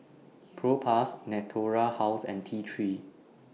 Propass Natura House and T three